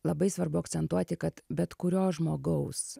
labai svarbu akcentuoti kad bet kurio žmogaus